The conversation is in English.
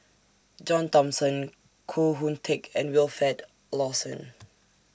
John Thomson Koh Hoon Teck and Wilfed Lawson